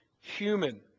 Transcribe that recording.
human